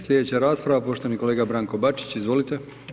Slijedeća rasprava poštovani kolega Branko Bačić, izvolite.